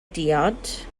diod